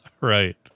Right